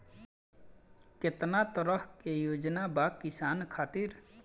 केतना तरह के योजना बा किसान खातिर?